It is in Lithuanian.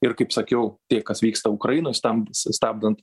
ir kaip sakiau tai kas vyksta ukrainoj stamb stabdant